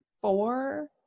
four